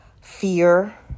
fear